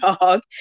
dog